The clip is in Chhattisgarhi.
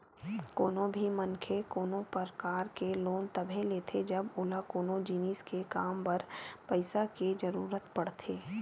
कोनो भी मनखे कोनो परकार के लोन तभे लेथे जब ओला कोनो जिनिस के काम बर पइसा के जरुरत पड़थे